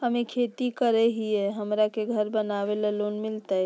हमे खेती करई हियई, हमरा के घर बनावे ल लोन मिलतई?